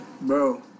Bro